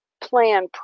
plan